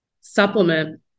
supplement